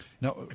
Now